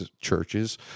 churches